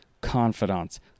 confidants